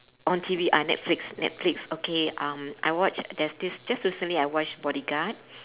on T_V ah netflix netflix okay um I watch there's this just recently I watched bodyguard